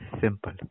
simple